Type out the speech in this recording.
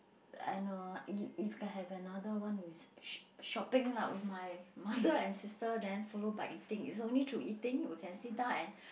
and uh if if can have another one with shop~ shopping lah with my mother and sister then follow by eating it's only through eating we can sit down and